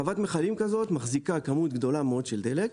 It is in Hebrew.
חוות מיכלים כזאת מחזיקה כמות גדולה מאוד של דלק,